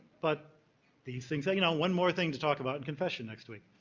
but these things are, you know, one more thing to talk about in confession next week.